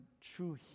true